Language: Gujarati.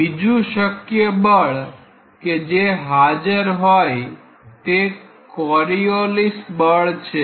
બીજુ શક્ય બળ કે જે હાજર હોય તે કોરીઓલિસ બળ છે